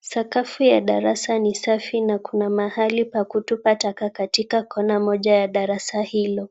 Sakafu ya darasa ni safi na kuna mahali pa kutupa taka katika kona moja ya darasa hilo.